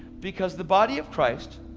because the body of christ,